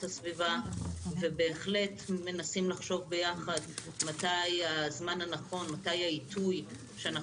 הסביבה ובהחלט מנסים לחשוב יחד מתי העיתוי הנכון שבו